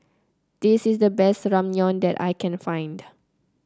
this is the best Ramyeon that I can find